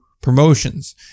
promotions